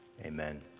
Amen